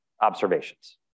observations